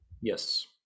Yes